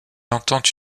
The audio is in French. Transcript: entend